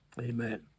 Amen